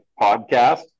podcast